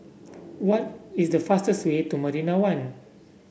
what is the fastest way to Marina One